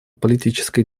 политической